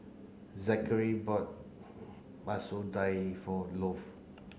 Zackary bought Masoor Dal for